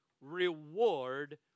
reward